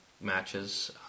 matches